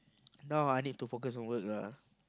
now I need to focus on work lah